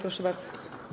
Proszę bardzo.